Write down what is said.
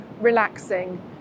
relaxing